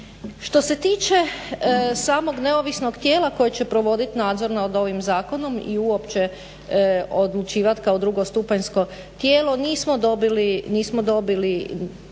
Što se tiče samog neovisnog tijela koje će provoditi nadzor nad ovim zakonom i uopće odlučivati kao drugostupanjsko tijelo nismo dobili